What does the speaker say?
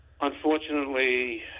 Unfortunately